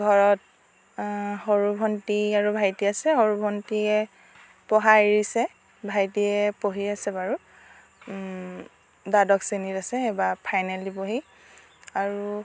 ঘৰত সৰু ভণ্টী আৰু ভাইটি আছে সৰু ভণ্টীয়ে পঢ়া এৰিছে ভাইটিয়ে পঢ়ি আছে বাৰু দ্বাদশ শ্ৰেণীত আছে এইবাৰ ফাইনেল দিব সি আৰু